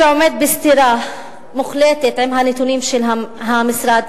שעומד בסתירה מוחלטת לנתונים של המשרד,